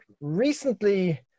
recently